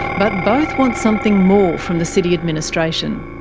but both want something more from the city administration.